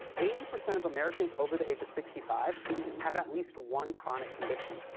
eighty percent of americans over the age of sixty five have at least one chronic condition.